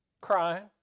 Crying